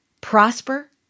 prosper